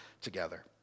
together